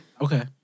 Okay